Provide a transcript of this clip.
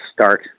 start